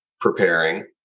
preparing